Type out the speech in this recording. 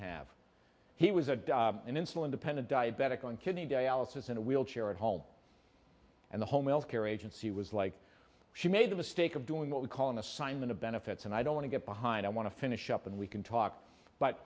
have he was a insulin dependent diabetic on kidney dialysis in a wheelchair at home and the home health care agency was like she made the mistake of doing what we call an assignment of benefits and i don't want to get behind i want to finish up and we can talk but